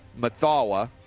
Mathawa